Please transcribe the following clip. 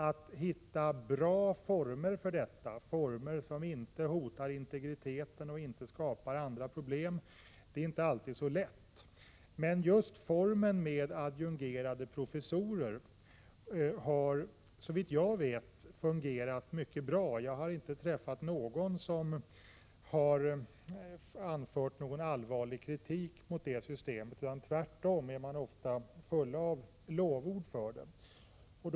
Att hitta bra former för detta, former som inte hotar integriteten och inte skapar andra problem, är emellertid inte alltid så lätt. Formen med adjungerade professorer har dock, såvitt jag vet, fungerat mycket bra. Jag har inte träffat någon som har anfört allvarlig kritik mot det systemet, utan tvärtom lovordas det ofta.